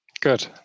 Good